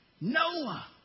Noah